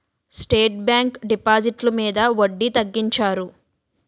state bank డిపాజిట్లు మీద వడ్డీ తగ్గించారు